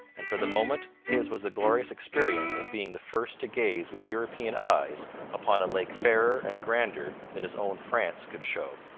and for the moment his was the glorious experience of being the first to gaze with european eyes upon a lake fairer and grander than his own france could show.